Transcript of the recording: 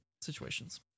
situations